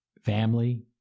family